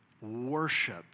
Worship